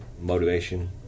motivation